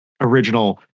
original